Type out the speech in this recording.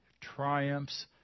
triumphs